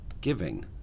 giving